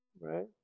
right